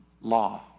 law